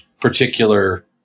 particular